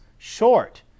short